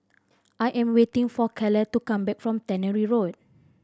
I am waiting for Kale to come back from Tannery Road